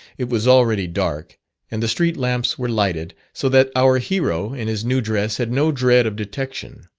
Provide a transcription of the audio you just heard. it was already dark and the street lamps were lighted, so that our hero in his new dress had no dread of detection.